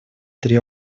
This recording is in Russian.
три